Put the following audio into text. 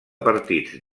partits